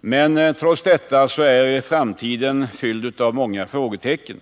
Men framtiden är fylld av frågetecken.